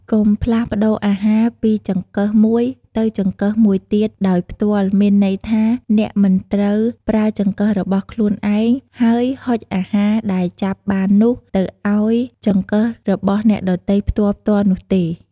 កុំផ្លាស់ប្តូរអាហារពីចង្កឹះមួយទៅចង្កឹះមួយទៀតដោយផ្ទាល់មានន័យថា អ្នកមិនត្រូវប្រើចង្កឹះរបស់ខ្លួនឯង ហើយហុចអាហារដែលចាប់បាននោះ ទៅឱ្យចង្កឹះរបស់អ្នកដទៃផ្ទាល់ៗនោះទេ។